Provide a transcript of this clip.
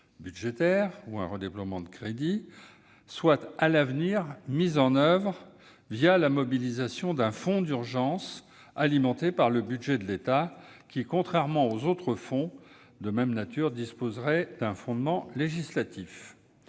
budgétaire ou un redéploiement de crédits soient, à l'avenir, mises en oeuvre la mobilisation d'un fonds d'urgence, alimenté par le budget de l'État et qui, contrairement aux autres fonds de même nature, disposerait d'un fondement législatif.